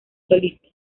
solista